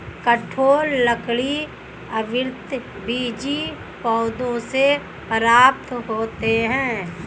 कठोर लकड़ी आवृतबीजी पौधों से प्राप्त होते हैं